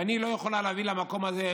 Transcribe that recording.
ואני איני יכולה לבוא למקום הזה,